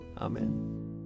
Amen